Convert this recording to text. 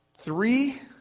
Three